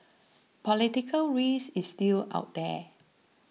political risk is still out there